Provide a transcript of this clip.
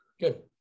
Good